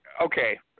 Okay